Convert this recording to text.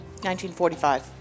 1945